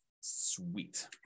Sweet